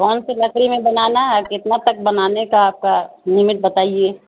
کون سی لکڑی میں بنانا ہے کتنا تک بنانے کا آپ کا لمٹ بتائیے